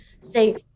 say